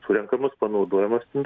surenkamos panaudojamos nu ir